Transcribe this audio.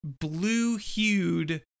blue-hued